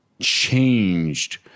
changed